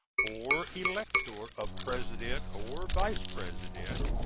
or elector of president or vice-president,